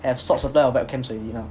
have short supplies of webcam already now